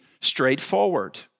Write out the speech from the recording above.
straightforward